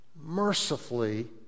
mercifully